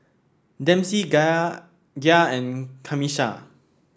Dempsey Ga Gia and Camisha